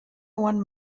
one